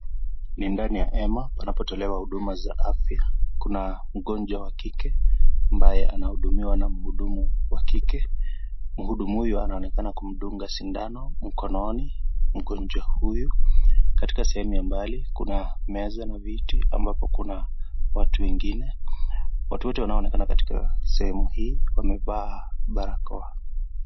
Ni ndani ya hema panapotolewa huduma za afya kuna mgonjwa wa kike ambaye anahudumiwa na mhudumu wa kike mhudumu huyu anaonekana kumdunga sindano mkononi mgonjwa huyu katika sehemu ya mbali kuna meza na viti ambapo kuna watu wengine watu wote wanaonekana katika sehemu hii wamevaa barakoa.